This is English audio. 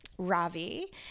Ravi